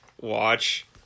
watch